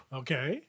okay